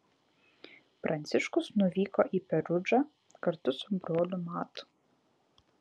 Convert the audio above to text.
pranciškus nuvyko į perudžą kartu su broliu matu